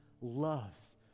loves